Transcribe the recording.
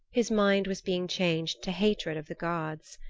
his mind was being changed to hatred of the gods.